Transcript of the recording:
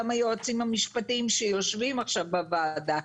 גם היועצים המשפטיים שיושבים עכשיו בוועדה,